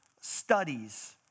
studies